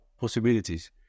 possibilities